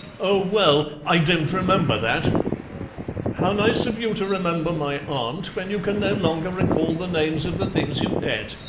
oh, well, i don't remember that how nice of you to remember my aunt when you can no longer recall the names of the things you ate.